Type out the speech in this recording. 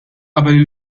qabel